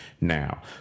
now